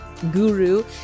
guru